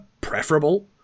preferable